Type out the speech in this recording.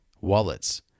wallets